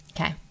Okay